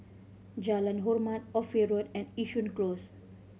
Jalan Hormat Ophir Road and Yishun Close